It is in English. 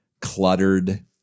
cluttered